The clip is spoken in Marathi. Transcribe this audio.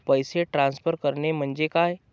पैसे ट्रान्सफर करणे म्हणजे काय?